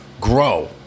grow